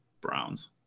Browns